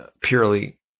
purely